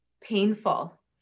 painful